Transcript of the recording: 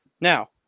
Now